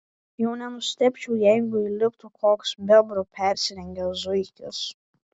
jau nenustebčiau jeigu įliptų koks bebru persirengęs zuikis